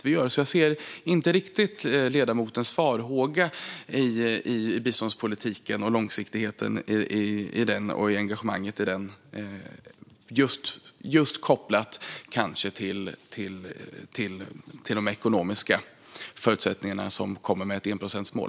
Jag ser alltså inte riktigt ledamotens farhågor när det gäller långsiktigheten och engagemanget i biståndspolitiken kanske kopplat till just de ekonomiska förutsättningar som kommer med ett enprocentsmål.